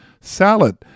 salad